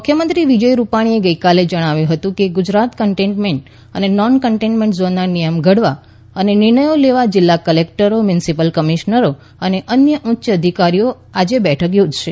મુખ્યમંત્રી વિજય રૂપાણીએ ગઇકાલે જણાવ્યું હતુ કે ગુજરાત કન્ટેનમેન્ટ અને નોન કન્ટેનમેન્ટ ઝોનના નિયમો ઘડવા અને નિર્ણયો લેવા જીલ્લા કલેક્ટરો મ્યુનિસિપલ કમિશ્નરો અને અન્ય ઉચ્ય અધિકારીઓની આજે બેઠક યોજશે